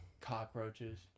Cockroaches